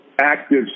active